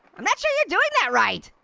i'm not sure you're doing that right.